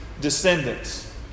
descendants